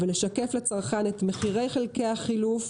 ולשקף לצרכן את מחירי חלקי החילוף,